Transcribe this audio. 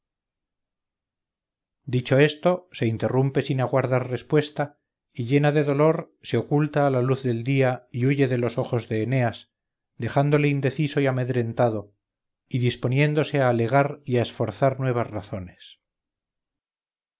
dicho esto se interrumpe sin aguardar respuesta y llena de dolor se oculta a la luz del día y huye de los ojos de eneas dejándole indeciso y amedrentado y disponiéndose a alegar y a esforzar nuevas razones